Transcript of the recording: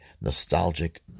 nostalgic